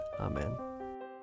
Amen